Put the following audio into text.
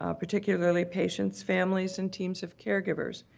ah particularly patients, families, and teams of caregivers,